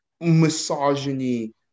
misogyny